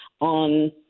on